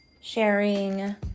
sharing